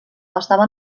estava